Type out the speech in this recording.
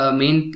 main